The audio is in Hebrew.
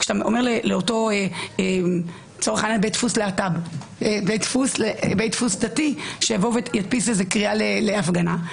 כשאתה אומר לאותו בית דפוס דתי שידפיס קריאה להפגנה,